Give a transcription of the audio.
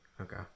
Okay